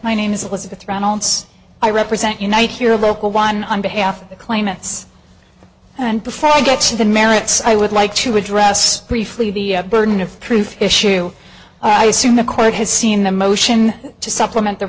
my name is elizabeth reynolds i represent unite here local one on behalf of the claimants and before i get to the merits i would like to address briefly the burden of proof issue i assume the court has seen the motion to supplement the